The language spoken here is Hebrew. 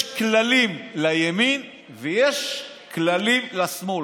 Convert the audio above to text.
יש כללים לימין ויש כללים לשמאל.